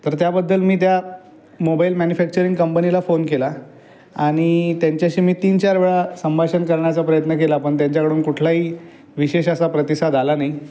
तर त्याबद्दल मी त्या मोबाईल मॅन्यूफॅक्चरिंग कंपनीला फोन केला आणि त्यांच्याशी मी तीनचार वेळा संभाषण करण्याचा प्रयत्न केला पण त्यांच्याकडून कुठलाही विशेष असा प्रतिसाद आला नाही